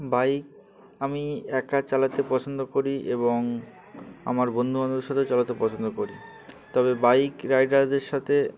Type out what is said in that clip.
bike আমি একা চালাতে পছন্দ করি এবং আমার বন্ধুবান্ধবের সাথেও চালাতে পছন্দ করি তবে বাইক রাইডারদের সাথে